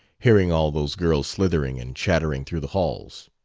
hearing all those girls slithering and chattering through the halls.